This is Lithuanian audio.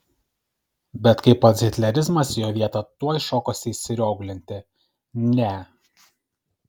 bet kai pats hitlerizmas į jo vietą tuoj šokosi įsirioglinti ne